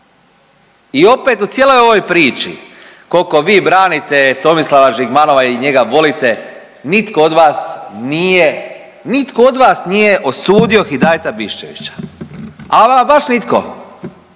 I opet u cijeloj ovoj priči, koliko vi branite Tomislava Žigmanova i njega volite, nitko od vas nije, nitko od vas nije osudio Hidajeta Biščevića, ali ama baš nitko